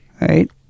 Right